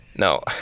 No